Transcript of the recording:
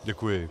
Děkuji.